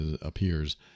appears